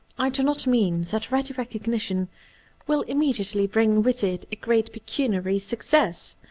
i do not mean that ready recog nition will immediately bring with it a great pecu niary success.